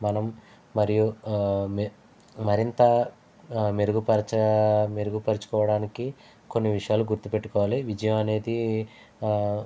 మనం మరియు మరింత మెరుగుపరచ మెరుగుపరుచుకోవడానికి కొన్ని విషయాలు గుర్తు పెట్టుకోవాలి విజయం అనేది